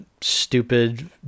stupid